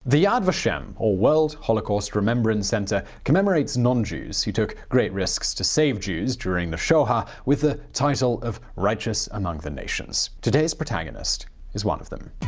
the yad vashem, or world holocaust remembrance centre, commemorates non-jews who took great risk to save jews during the shoha with the title of righteous among the nations. today's protagonist is one of them.